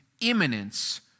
imminence